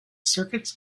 circuits